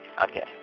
Okay